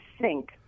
sink